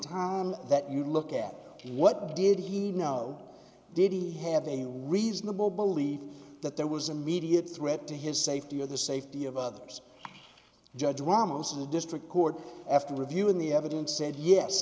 time that you look at what did he know did he have a reasonable belief that there was immediate threat to his safety or the safety of others judge well most of the district court after reviewing the evidence said yes